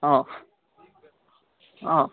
ಹಾಂ ಹಾಂ